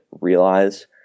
realize